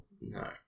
No